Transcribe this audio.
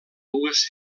dues